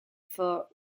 for